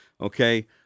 Okay